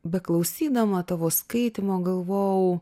beklausydama tavo skaitymo galvojau